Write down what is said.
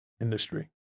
industry